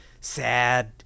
sad